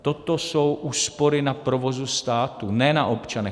Toto jsou úspory na provozu státu, ne na občanech.